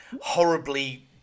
horribly